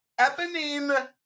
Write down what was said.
Eponine